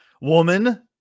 woman